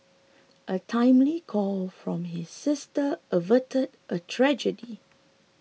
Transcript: a timely call from her sister averted a tragedy